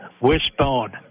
wishbone